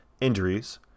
injuries